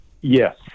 Yes